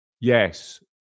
yes